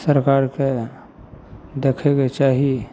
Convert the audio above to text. सरकारके देखयके चाही